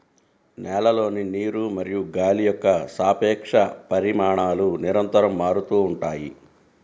నేలలోని నీరు మరియు గాలి యొక్క సాపేక్ష పరిమాణాలు నిరంతరం మారుతూ ఉంటాయి